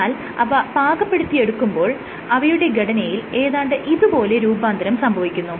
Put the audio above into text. എന്നാൽ അവ പാകപ്പെടുത്തിയെടുക്കുമ്പോൾ അവയുടെ ഘടനയിൽ ഏതാണ്ട് ഇതുപോലെ രൂപാന്തരം സംഭവിക്കുന്നു